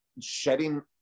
shedding